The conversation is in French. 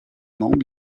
membres